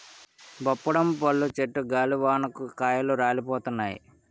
బప్పడం పళ్ళు చెట్టు గాలివానకు కాయలు రాలిపోయినాయి